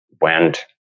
went